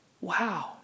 Wow